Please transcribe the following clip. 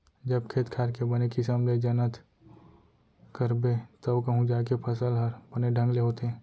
जब खेत खार के बने किसम ले जनत करबे तव कहूं जाके फसल हर बने ढंग ले होथे